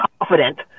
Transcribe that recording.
confident